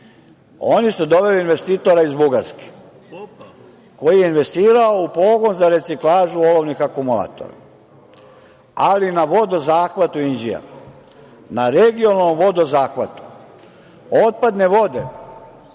oni su doveli investitora iz Bugarske koji je investirao u pogon za reciklažu olovnih akumulatora, ali na vodozahvatu Inđija, na regionalnom vodozahvatu. Otpadne vode,